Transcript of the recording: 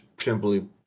simply